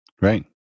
Right